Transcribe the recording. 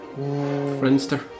Friendster